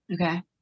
Okay